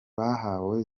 bahawe